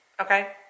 okay